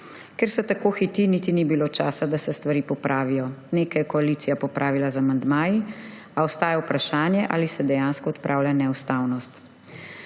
Ker se tako hiti, niti ni bilo časa, da se stvari popravijo. Nekaj je koalicija popravila z amandmaji, a ostaja vprašanje, ali se dejansko odpravlja neustavnost.